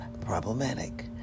problematic